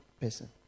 person